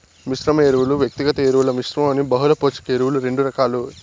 మిశ్రమ ఎరువులు, వ్యక్తిగత ఎరువుల మిశ్రమం అని బహుళ పోషక ఎరువులు రెండు రకాలు